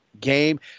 game